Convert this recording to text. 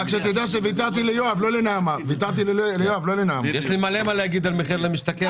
יש לי הרבה מה להגיד על מחיר למשתכן,